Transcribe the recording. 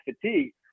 fatigue